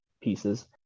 pieces